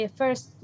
first